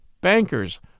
bankers